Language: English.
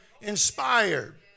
inspired